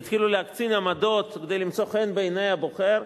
והתחילו להקצין עמדות כדי למצוא חן בעיני הבוחר,